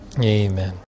Amen